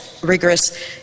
rigorous